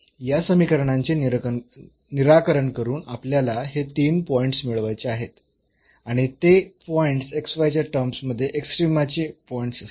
या समीकरणांचे निराकरण करून आपल्याला हे तीन पॉईंट्स मिळवायचे आहेत आणि ते पॉईंट्स च्या टर्म्स मध्ये एक्स्ट्रीमा चे पॉईंट्स असतील